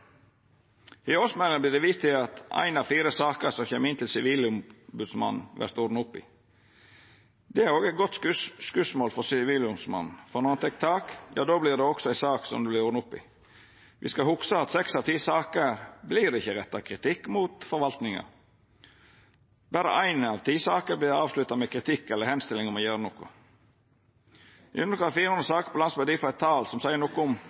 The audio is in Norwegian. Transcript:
I årsmeldinga vert det vist til at ei av fire saker som kjem inn til Sivilombodsmannen, vert det ordna opp i. Det er også eit godt skotsmål for Sivilombodsmannen, for når ein tek tak, vert det også ei sak som det vert ordna opp i. Me skal hugsa at i seks av ti saker vert det ikkje retta kritikk mot forvaltinga. Berre ei av ti saker vert avslutta med kritikk eller med oppmoding om å gjera noko. I underkant av 400 saker på landsbasis er difor eit tal som seier noko om